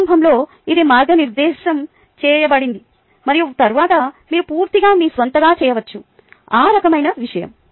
ప్రారంభంలో ఇది మార్గనిర్దేశం చేయబడింది మరియు తరువాత మీరు పూర్తిగా మీ స్వంతంగా చేయవచ్చు ఆ రకమైన విషయం